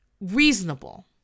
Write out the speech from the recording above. Reasonable